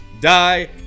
Die